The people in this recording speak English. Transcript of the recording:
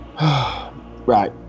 right